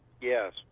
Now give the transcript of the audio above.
yes